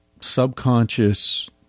subconscious